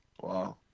Wow